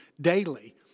daily